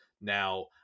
Now